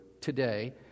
today